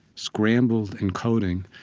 scrambled encoding,